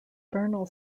bernal